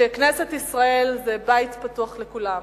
שכנסת ישראל היא בית פתוח לכולם,